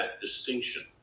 distinction